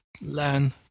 learn